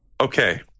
okay